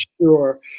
sure